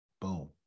boom